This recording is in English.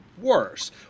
worse